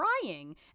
crying